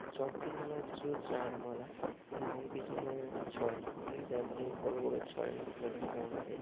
short pitch মানে হচ্ছে শুধু চার মারা আর লং পিচ মানে ছয় ঠিক আছে আপনি বড়ো বড়ো ছয় মারতে পারবেন গ্রাউন্ডে